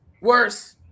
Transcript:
worse